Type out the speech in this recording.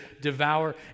devour